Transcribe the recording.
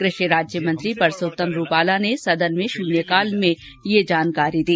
कृषि राज्य मंत्री परसोत्तम रूपाला ने सदन में शून्यकाल में यह जानकारी दी